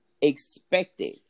expected